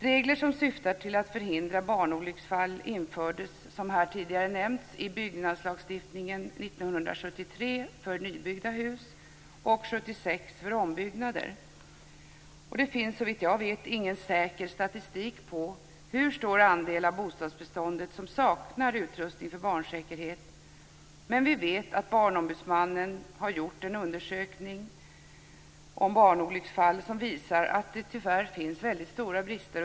Regler som syftar till att förhindra barnolycksfall infördes, som tidigare nämnts här, i byggnadslagstiftningen 1973 för nybyggda hus och 1976 för ombyggnader. Såvitt jag vet finns det ingen säker statistik på hur stor den andel av bostadsbeståndet är som saknar utrustning för barnsäkerhet men vi vet att Barnombudsmannen har gjort en undersökning om barnolycksfall. Den visar att det, tyvärr, finns väldigt stora brister.